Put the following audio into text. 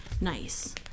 nice